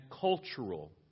cultural